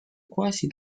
quasi